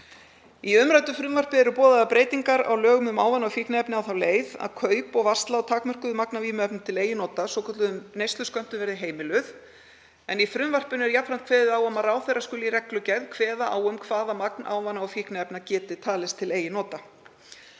Í umræddu frumvarpi eru boðaðar breytingar á lögum um ávana- og fíkniefni á þá leið að kaup og varsla á takmörkuðu magni af vímuefnum til eigin nota, svokölluðum neysluskömmtum, verði heimil en í frumvarpinu er jafnframt kveðið á um að ráðherra skuli í reglugerð kveða á um hvaða magn ávana- og fíkniefna geti talist til eigin nota.